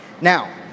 Now